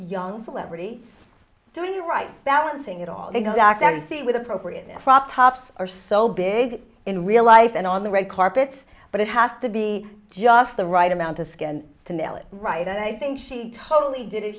young celebrity doing the right balancing it all exactly i see with appropriateness crop tops are so big in real life and on the red carpets but it has to be just the right amount of skin to nail it right and i think she totally did it